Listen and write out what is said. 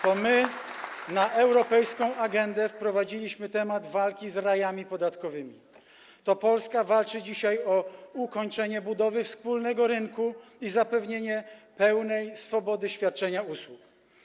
To my na europejską agendę wprowadziliśmy temat walki z rajami podatkowymi, to Polska walczy dzisiaj o ukończenie budowy wspólnego rynku i zapewnienie pełnej swobody świadczenia usług.